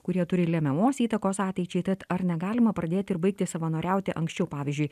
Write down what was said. kurie turi lemiamos įtakos ateičiai tad ar negalima pradėti ir baigti savanoriauti anksčiau pavyzdžiui